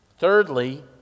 Thirdly